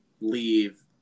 leave